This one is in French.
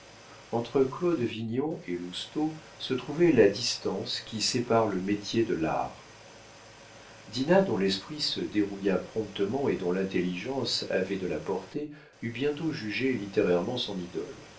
entre claude vignon et lousteau se trouvait la distance qui sépare le métier de l'art dinah dont l'esprit se dérouilla promptement et dont l'intelligence avait de la portée eut bientôt jugé littérairement son idole